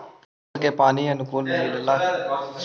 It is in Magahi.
फसल के पानी अनुकुल मिलला के बाद भी न बढ़ोतरी होवे पर का कर सक हिय?